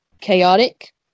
chaotic